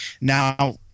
now